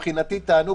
מבחינתי תענוג.